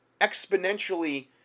exponentially